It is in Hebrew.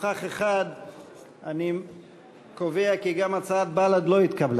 גם סיעת חד"ש לא העבירה את הצעת האי-אמון שלה.